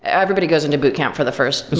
everybody goes into boot camp for the first